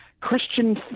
Christian